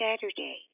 Saturday